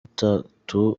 gatatu